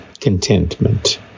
contentment